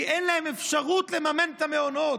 כי אין להם אפשרות לממן את המעונות.